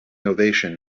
ovation